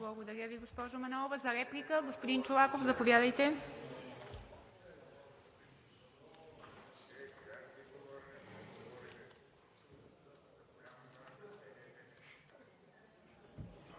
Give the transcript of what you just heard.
Благодаря Ви, госпожо Манолова. За реплика – господин Чолаков, заповядайте.